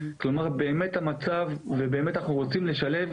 כלומר באמת המצב ובאמת אנחנו רוצים לשלב